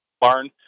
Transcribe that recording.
barn